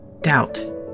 Doubt